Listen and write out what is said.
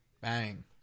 Bang